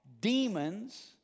demons